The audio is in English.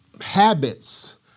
habits